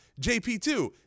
JP2